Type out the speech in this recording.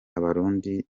abarundi